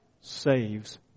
saves